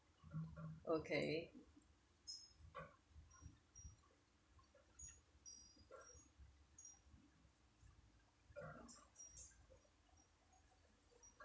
okay